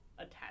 attach